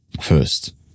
first